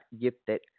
gifted